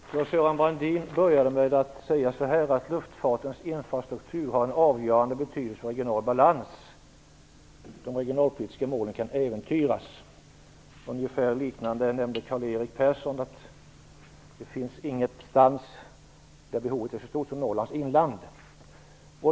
Herr talman! Claes-Göran Brandin började med att säga att luftfartens infrastruktur har en avgörande betydelse för regional balans och att de regionalpolitiska målen kan äventyras. Karl-Erik Persson sade även något liknande. Det finns ingenstans där behovet är så stort som i Norrlands inland.